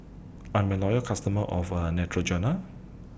I'm A Loyal customer of A Neutrogena